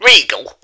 regal